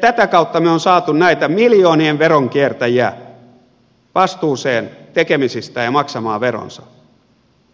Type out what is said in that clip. tätä kautta me olemme saaneet näitä miljoonien veronkiertäjiä vastuuseen tekemisistään ja maksamaan veronsa